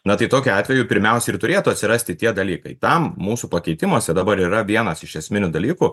na tai tokiu atveju pirmiausia ir turėtų atsirasti tie dalykai tam mūsų pakeitimuose dabar yra vienas iš esminių dalykų